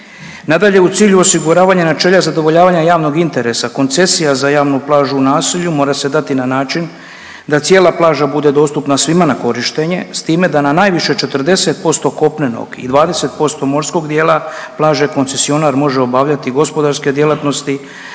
Nadalje, u cilju osiguravanja načela zadovoljavanja javnog interesa koncesija za javnu plažu u naselju mora se dati na način da cijela plaža bude dostupna svima na korištenje s time da na najviše 40% kopnenog i 20% morskog dijela plaže koncesionar može obavljati gospodarske djelatnosti